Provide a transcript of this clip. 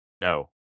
No